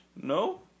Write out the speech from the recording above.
No